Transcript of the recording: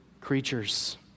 creatures